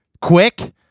quick